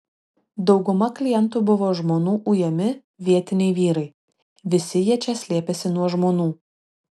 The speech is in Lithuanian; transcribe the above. dauguma klientų buvo žmonų ujami vietiniai vyrai visi jie čia slėpėsi nuo žmonų